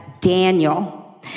Daniel